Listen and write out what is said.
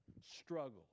struggle